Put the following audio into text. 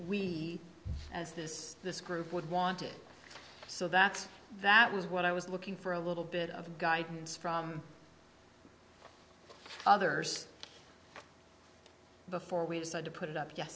we as this this group would want it so that's that was what i was looking for a little bit of guidance from others before we decide to put it up ye